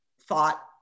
thought